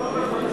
חבר הכנסת